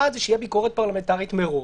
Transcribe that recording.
אחד זה שתהיה ביקורת פרלמנטרית מראש,